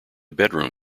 bedroom